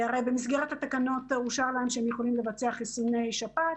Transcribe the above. הרי במסגרת התקנות אושר לאנשים שיכולים לבצע חיסוני שפעת,